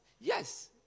Yes